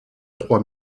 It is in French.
trois